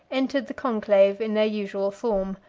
entered the conclave in the usual form.